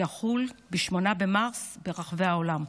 שיחול ב-8 במרץ ברחבי העולם.